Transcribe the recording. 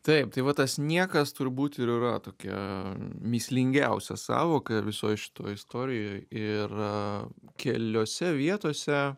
taip tai va tas niekas turbūt ir yra tokia mįslingiausia sąvoka visoj šitoj istorijoj ir keliose vietose